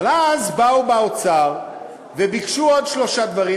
אבל אז באו מהאוצר וביקשו עוד שלושה דברים,